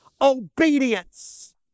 Obedience